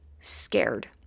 scared